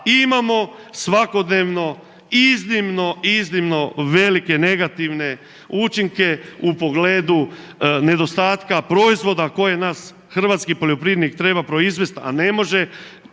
imamo svakodnevno iznimno, iznimno velike, negativne učinke u pogledu nedostatka proizvoda koje nas hrvatski poljoprivrednik treba proizvesti a ne može,